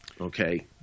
Okay